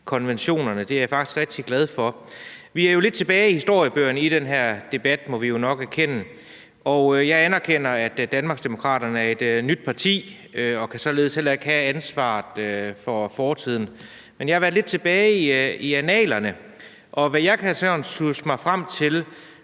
konventionerne. Det er jeg faktisk rigtig glad for. Vi er lidt tilbage i historiebøgerne i den her debat, må vi jo nok erkende, og jeg anerkender, at Danmarksdemokraterne er et nyt parti og således heller ikke kan have ansvaret for fortiden. Men jeg har jo været lidt tilbage i annalerne, og efter hvad jeg sådan kan sjusse mig frem til,